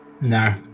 No